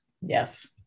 yes